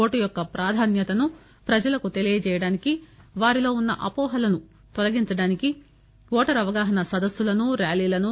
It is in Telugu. ఓటు యొక్క ప్రాధాన్యతను ప్రజలకు తెలియజేయడానికి వారిలో ఉన్స అహోహలను తొలగించడానికి ఓటరు అవగాహన సదస్పులను ర్యాలీలను